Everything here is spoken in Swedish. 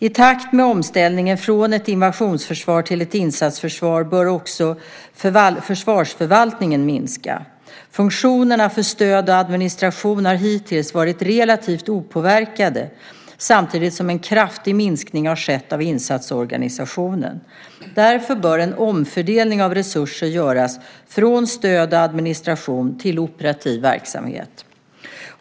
I takt med omställningen från ett invasionsförsvar till ett insatsförsvar bör också försvarsförvaltningen minska. Funktionerna för stöd och administration har hittills varit relativt opåverkade, samtidigt som en kraftig minskning har skett av insatsorganisationen. Därför bör en omfördelning av resurser göras - från stöd och administration till operativ verksamhet.